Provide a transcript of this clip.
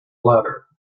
latter